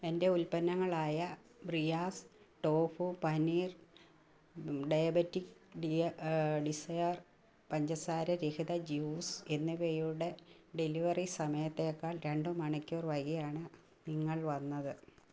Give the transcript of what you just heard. എന്റെ ഉത്പന്നങ്ങളായ ബ്രിയാസ് ടോഫു പനീർ ഡയബെറ്റിക്സ് ഡിസയർ പഞ്ചസാര രഹിത ജ്യൂസ് എന്നിവയുടെ ഡെലിവറി സമയത്തേക്കാൾ രണ്ടു മണിക്കൂർ വൈകിയാണ് നിങ്ങൾ വന്നത്